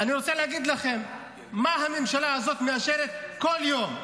אני רוצה להגיד לכם מה הממשלה הזאת מאשרת כל יום.